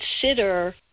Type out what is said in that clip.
consider